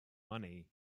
money